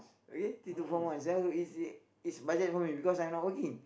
okay three to four months uh is is budget for me because I not working